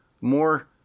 more